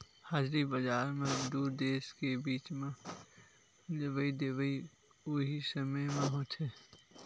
हाजिरी बजार म दू देस के बीच म लेवई देवई उहीं समे म होथे